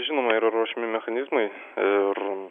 žinoma yra ruošiami mechanizmai ir